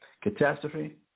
catastrophe